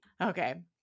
Okay